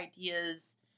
ideas